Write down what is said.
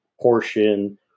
portion